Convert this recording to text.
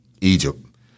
Egypt